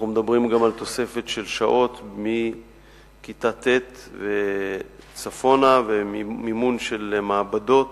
אנחנו מדברים גם על תוספת שעות מכיתה ט' וצפונה ועל מימון של מעבדות